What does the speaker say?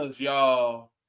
y'all